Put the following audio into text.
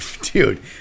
Dude